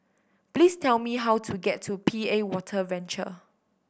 please tell me how to get to P A Water Venture